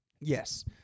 Yes